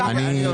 9 נמנעים,